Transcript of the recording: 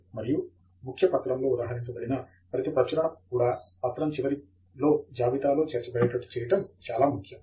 మరియు ముఖ్యం పత్రంలో ఉదహరించబడిన ప్రతి ప్రచురణ కూడా పత్రం చివరిలో జాబితాలో చేర్చబడేటట్టు చేయటం చాలా ముఖ్యం